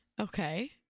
Okay